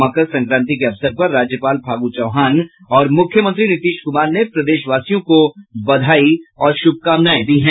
मकर संक्रांति के अवसर पर राज्यपाल फागू चौहान और मुख्यमंत्री नीतीश कुमार ने प्रदेशवासियों को बधाई और शुभकामनाएं दी हैं